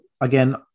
again